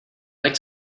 like